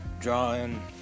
drawing